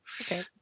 Okay